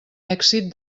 èxit